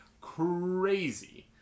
crazy